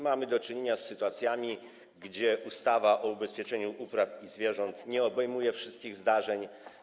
Mamy do czynienia z sytuacjami, kiedy ustawa o ubezpieczeniu upraw i zwierząt nie obejmuje wszystkich zdarzeń.